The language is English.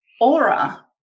aura